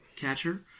catcher